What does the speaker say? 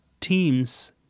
teams